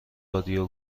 رادیو